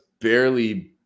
barely